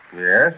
Yes